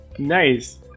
Nice